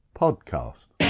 Podcast